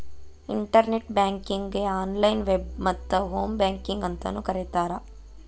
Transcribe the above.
internet ಬ್ಯಾಂಕಿಂಗಗೆ online web ಮತ್ತ home banking ಅಂತಾನೂ ಕರಿತಾರ